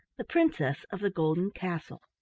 the princess of the golden castle